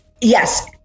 Yes